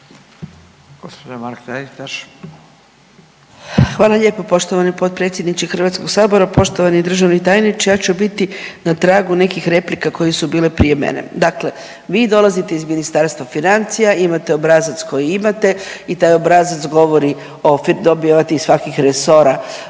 Hvala lijepo poštovani potpredsjedniče HS-a, poštovani državni tajniče, ja ću biti na tragu nekih replika koje su bile prije mene. Dakle, vi dolazite iz Ministarstva financija, imate obrazac koji imate i taj obrazac govori o, dobivate iz svakih resora